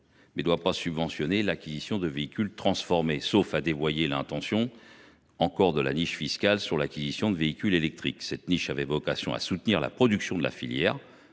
et non pas subventionner l’acquisition de véhicules transformés, sauf à dévoyer l’intention de la niche fiscale liée à l’acquisition de véhicules électriques. Cette niche, je le rappelle, avait vocation à soutenir la production de la filière